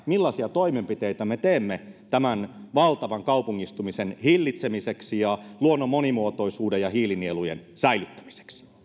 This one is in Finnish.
millaisia toimenpiteitä me teemme tämän valtavan kaupungistumisen hillitsemiseksi ja luonnon monimuotoisuuden ja hiilinielujen säilyttämiseksi